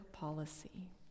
policy